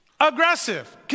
aggressive